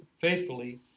faithfully